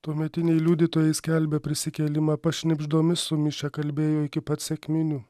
tuometiniai liudytojai skelbia prisikėlimą pašnibždomis sumišę kalbėjo iki pat sekminių